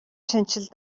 шинэчлэл